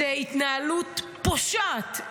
זו התנהלות פושעת,